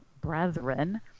brethren